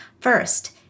First